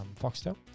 Foxtel